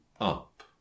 up